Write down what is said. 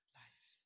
life